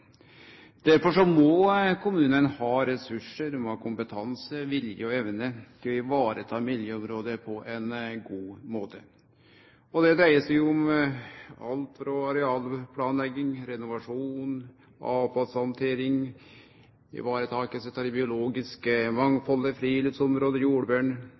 Derfor må kommunane ha ressursar, dei må ha kompetanse, vilje og evne til å vareta miljøområdet på ein god måte. Det dreier seg om alt frå arealplanlegging, renovasjon, avfallshandtering, varetaking av det biologiske